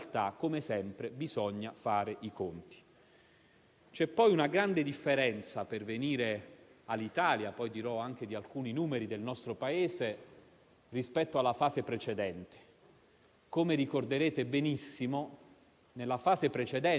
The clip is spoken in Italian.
Ora c'è una grande novità: la crescita è generalizzata in tutti i territori del nostro Paese. In questo momento non c'è il problema su un territorio, mentre il resto del Paese può sentirsi in qualche modo fuori pericolo.